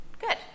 Good